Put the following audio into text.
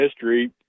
history